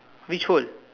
which hole